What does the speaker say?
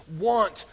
want